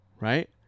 right